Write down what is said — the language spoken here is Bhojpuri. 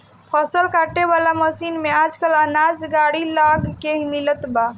फसल काटे वाला मशीन में आजकल अनाज गाड़ी लग के मिलत बा